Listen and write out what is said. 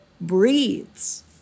breathes